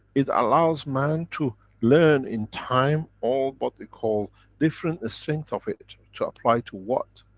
it allows man to learn in time all what they call different strengths of it to apply to what.